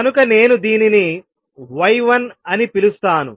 కనుక నేను దీనిని y1 అని పిలుస్తాను